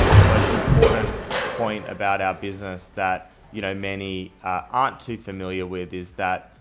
the most important point about our business that you know many aren't too familiar with is that,